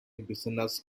business